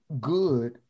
good